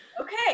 okay